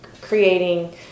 creating